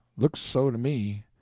looks so to me.